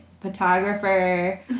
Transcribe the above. photographer